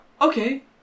Okay